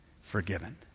forgiven